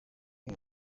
iba